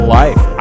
life